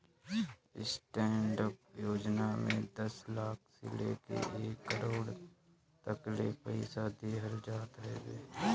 stand up योजना में दस लाख से लेके एक करोड़ तकले पईसा देहल जात हवे